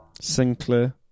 Sinclair